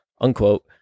unquote